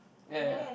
ya ya ya